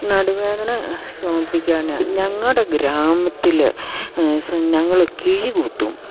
നടുവേദന സ്വാഭിഗാന ഞങ്ങളുടെ ഗ്രാമത്തിൽ ഞങ്ങൾ കിഴികുത്തും